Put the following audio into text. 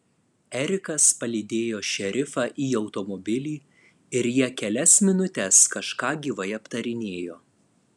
erikas palydėjo šerifą į automobilį ir jie kelias minutes kažką gyvai aptarinėjo